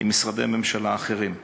עם משרדי ממשלה אחרים.